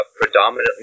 predominantly